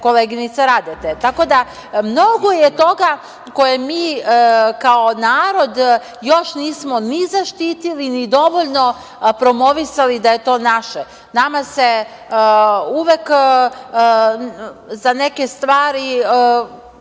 koleginice Radete. Tako da, mnogo je toga što mi kao narod nismo ni zaštitili, ni dovoljno promovisali da je to naše. Nama uvek za neke stvari